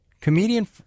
comedian